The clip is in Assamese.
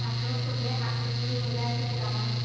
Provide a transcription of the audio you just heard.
তাতো চবেই হাত চাপৰি বজাইছিলে গানত